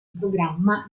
programma